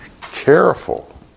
careful